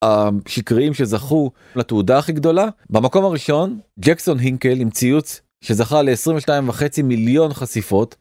השקריים שזכו לתהודה הכי גדולה, במקום הראשון ג'קסון הינקל, עם ציוץ שזכה ל-22 וחצי מיליון חשיפות.